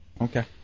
Okay